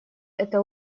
это